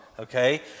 Okay